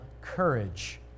courage